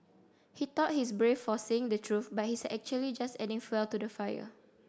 he thought he's brave for saying the truth but he's actually just adding fuel to the fire